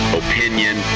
opinion